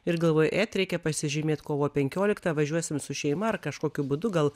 ir galvoja et reikia pasižymėt kovo penkioliktą važiuosim su šeima ar kažkokiu būdu gal